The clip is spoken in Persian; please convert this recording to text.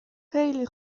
خیلی